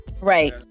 Right